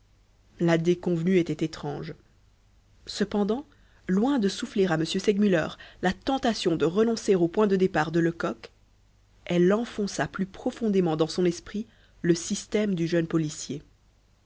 la déconvenue était étrange cependant loin de souffler à m segmuller la tentation de renoncer au point de départ de lecoq elle enfonça plus profondément dans son esprit le système du jeune policier